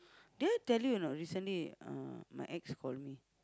did I tell you or not recently uh my ex colleague